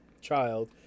child